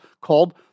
called